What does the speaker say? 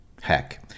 Heck